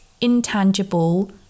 intangible